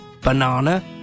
banana